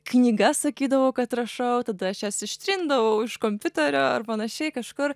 knygas sakydavau kad rašau tada aš jas ištrindavau iš kompiuterio ar panašiai kažkur